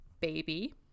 Baby